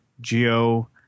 geo